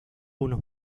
unos